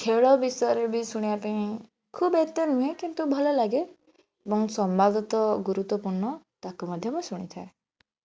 ଖେଳ ବିଷୟରେ ବି ଶୁଣିବା ପାଇଁ ଖୁବ ଏତେ ନୁହେଁ କିନ୍ତୁ ଭଲ ଲାଗେ ଏବଂ ସମ୍ବାଦ ତ ଗୁରୁତ୍ଵପୂର୍ଣ୍ଣ ତାକୁ ମଧ୍ୟ ମୁଁ ଶୁଣିଥାଏ